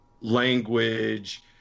language